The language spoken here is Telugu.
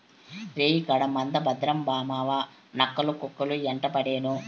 రేయికాడ మంద భద్రం మావావా, నక్కలు, కుక్కలు యెంటపడేను